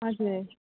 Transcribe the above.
हजुर